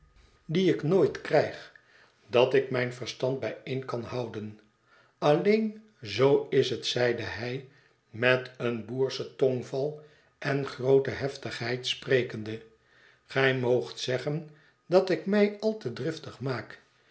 die ik nooit krijg dat ik mijn verstand bijeen kan houden alleen zoo is het zeide hij met een boerschen tongval en groote heftigheid sprekende gij moogt zeggen dat ik mij al te driftig maak